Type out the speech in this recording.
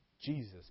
Jesus